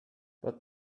but